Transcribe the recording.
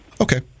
Okay